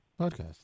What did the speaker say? Podcast